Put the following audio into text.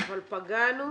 אבל פגענו